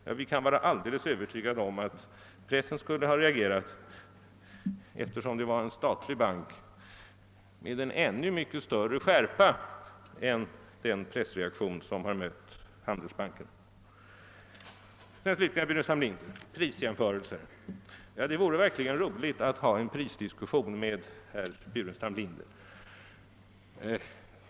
Ja, vi kan vara alldeles övertygade om att pressen, därest det varit fråga om en statlig bank, skulle ha reagerat med ännu mycket större skärpa än vad som varit fallet när det gällt Handelsbanken. Slutligen vill jag till herr Burenstam Linder beträffande frågan om prisjämförelser säga, att det verkligen skulle vara roligt att ha en prisdiskussion med herr Burenstam Linder.